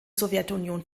sowjetunion